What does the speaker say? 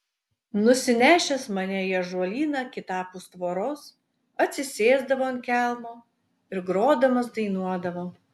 nusinešęs mane į ąžuolyną kitapus tvoros atsisėsdavo ant kelmo ir grodamas dainuodavo